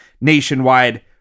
nationwide